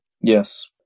Yes